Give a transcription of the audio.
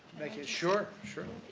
sure, sure.